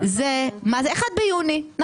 1 ביולי.